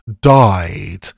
died